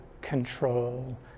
control